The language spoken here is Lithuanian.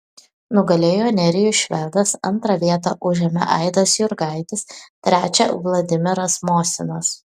nugalėjo nerijus švedas antrą vietą užėmė aidas jurgaitis trečią vladimiras mosinas